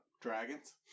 Dragons